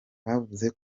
bavuze